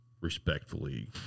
respectfully